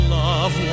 love